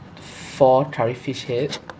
four curry fish head